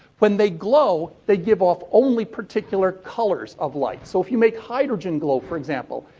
when they glow they give off only particular colors of light. so, if you make hydrogen glow, for example,